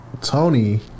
Tony